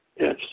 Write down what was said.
Yes